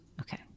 Okay